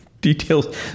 details